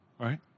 right